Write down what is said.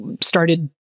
started